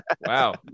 Wow